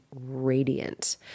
radiant